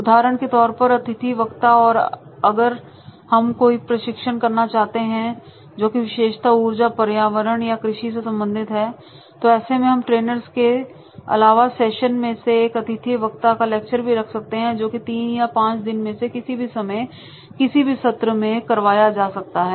उदाहरण के तौर पर अतिथि वक्ता है अगर हम कोई प्रशिक्षण करना चाहते हैं जोकि विशेषता ऊर्जा पर्यावरण या कृषि से संबंधित है तो ऐसे में हम ट्रेनर्स के अलावा सेशन में एक अतिथि वक्ता का लेक्चर भी रख सकते हैं जोकि 3 या 5 दिनों में किसी भी समय किसी भी सत्र में करवाया जा सकता है